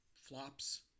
flops